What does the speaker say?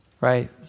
Right